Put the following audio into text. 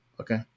okay